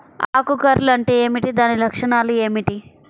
ఆకు కర్ల్ అంటే ఏమిటి? దాని లక్షణాలు ఏమిటి?